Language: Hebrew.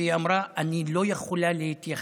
והיא אמרה: אני לא יכולה להתייחס.